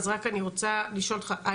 אז רק אני רוצה לשאול אותך.